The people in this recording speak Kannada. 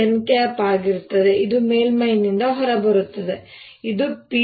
n ಆಗಿರುತ್ತದೆ ಇದು ಮೇಲ್ಮೈಯಿಂದ ಹೊರಬರುತ್ತದೆ ಇದು P